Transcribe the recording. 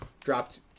dropped